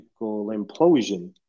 implosion